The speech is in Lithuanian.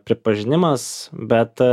pripažinimas bet